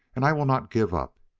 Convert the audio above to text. and i will not give up.